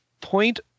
point